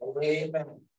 Amen